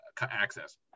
access